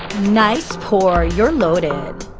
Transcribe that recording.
nice pour, you're loaded.